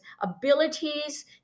abilities